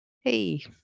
Hey